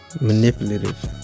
Manipulative